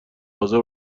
حاضر